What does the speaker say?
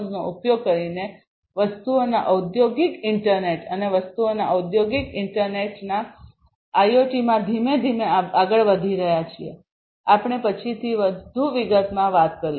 નો ઉપયોગ કરીને વસ્તુઓના ઔદ્યોગિક ઈન્ટરનેટ અને વસ્તુઓના ઔદ્યોગિક ઈન્ટરનેટના IIoTમાં ધીમે ધીમે આગળ વધી રહ્યા છીએ આપણે પછીથી વધુ વિગતમાં વાત કરીશું